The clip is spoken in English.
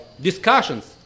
discussions